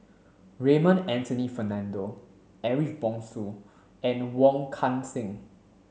Raymond Anthony Fernando Ariff Bongso and Wong Kan Seng